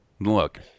Look